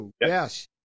Yes